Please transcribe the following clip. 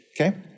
Okay